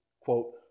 quote